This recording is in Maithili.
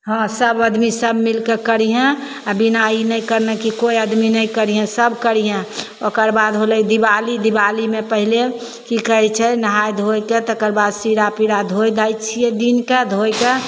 हँ सभ आदमी सभ मिलिके करिहेँ आओर बिना ई नहि करने कि कोइ आदमी नहि करिहेँ सभ करिहेँ ओकरबाद होलै दिवाली दिवालीमे पहिले कि कहै छै नहै धोइके तकरबाद सीरा पीरा धोइ धाइ छिए दिनके धोइके